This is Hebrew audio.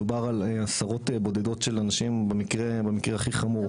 מדובר על עשרות בודדות של אנשים במקרה הכי חמור.